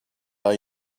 are